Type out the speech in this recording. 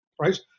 right